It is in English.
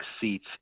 seats